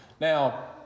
Now